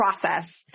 process